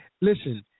Listen